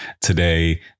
today